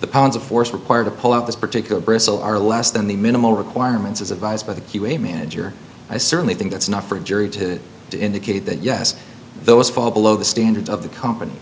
the pounds of force required to pull out this particular bristle are less than the minimal requirements as advised by the q a manager i certainly think that's enough for a jury to indicate that yes those fall below the standards of the company